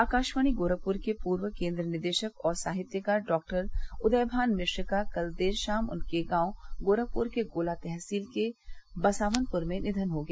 आकाशवाणी गोरखपुर के पूर्व केन्द्र निदेशक और साहित्यकार डॉक्टर उदयमान मिश्र का कल देर शाम उनके गांव गोरखपुर के गोला तहसील के बसावनपुर में निधन हो गया